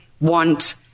want